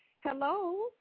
Hello